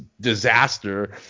disaster